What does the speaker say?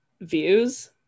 views